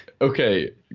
Okay